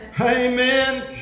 Amen